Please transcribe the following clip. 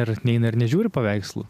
ir neina ir nežiūri paveikslų